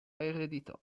ereditò